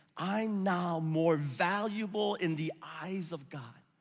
i'm now more valuable in the eyes of god,